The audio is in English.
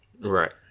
Right